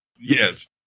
Yes